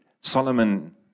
Solomon